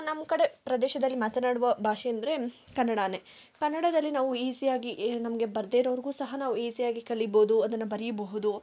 ನಮ್ಮ ಕಡೆ ಪ್ರದೇಶದಲ್ಲಿ ಮಾತನಾಡುವ ಭಾಷೆ ಅಂದರೆ ಕನ್ನಡಾನೇ ಕನ್ನಡದಲ್ಲಿ ನಾವು ಈಸಿಯಾಗಿ ನಮಗೆ ಬರದೇ ಇರೋರ್ಗೂರಿಗೂ ಸಹ ನಾವು ಈಸಿಯಾಗಿ ಕಲಿಬೋದು ಅದನ್ನು ಬರೀಬಹುದು